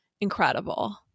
incredible